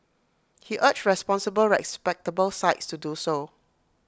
he urged responsible respectable sites to do so